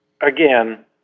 again